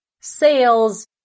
sales